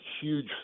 huge